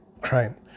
crime